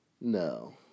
no